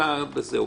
ביקשתי שיהיו